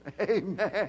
Amen